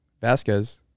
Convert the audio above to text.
Vasquez